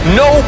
no